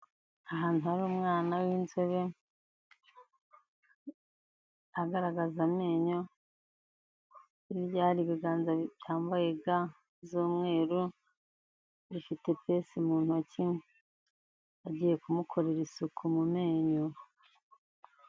Ahantu hari umwana w'inzobe, agaragaza amenyo, hirya hari ibiganza byambaye ga z'umweru, bifite ipensi mu ntoki, bagiye kumukorera isuku mu menyo.